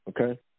okay